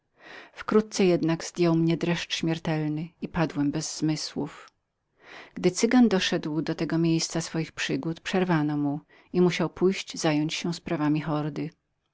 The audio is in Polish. wkrótce jednak zdjął mnie dreszcz śmiertelny i padłem bez zmysłów gdy cygan doszedł do tego miejsca swoich przygód przerwano mu i musiał pójść zająć się sprawami hordy